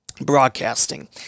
broadcasting